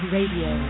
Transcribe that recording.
Radio